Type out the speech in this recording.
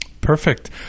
Perfect